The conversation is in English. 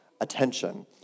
attention